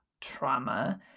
trauma